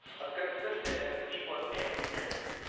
a consistent and seamless but and experience.